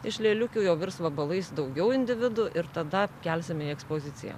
iš lėliukių jau virs vabalais daugiau individų ir tada kelsim į ekspoziciją